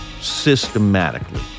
systematically